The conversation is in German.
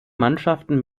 mannschaften